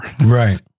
Right